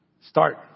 Start